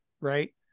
right